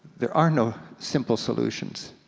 there are no simple solutions,